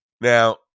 Now